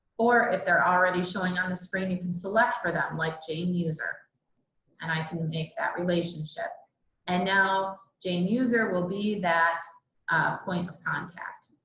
or if they're already showing on the spray, you can select for them like jane user and i can make that relationship and now jane user will be that a point of contact.